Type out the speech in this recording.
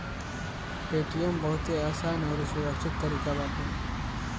Paytm बहुते आसान अउरी सुरक्षित तरीका बाटे